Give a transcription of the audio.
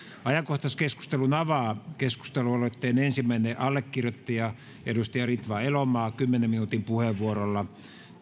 ajankohtaiskeskustelun avaa keskustelualoitteen ensimmäinen allekirjoittaja edustaja ritva elomaa kymmenen minuutin puheenvuorolla